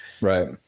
right